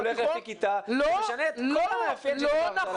הולך לפי כיתה וזה משנה את כל המאפיין שדיברת עליו.